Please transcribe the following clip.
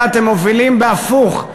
אלא אתם מובילים בהפוך,